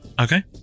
Okay